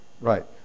Right